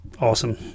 awesome